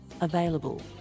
available